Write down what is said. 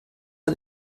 ein